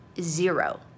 zero